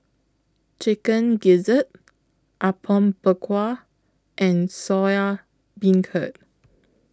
Chicken Gizzard Apom Berkuah and Soya Beancurd